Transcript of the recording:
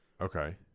Okay